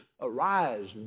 Arise